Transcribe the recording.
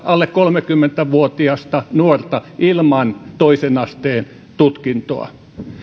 alle kolmekymmentä vuotiasta nuorta ilman toisen asteen tutkintoa